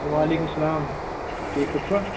وعلیکُم سَلام ٹھیٖک پٲٹھۍ چھُوا